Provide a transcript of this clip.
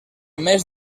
més